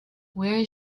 where